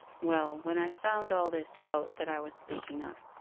well, when i found all this out that i was speaking of,